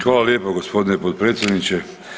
Hvala lijepo gospodine potpredsjedniče.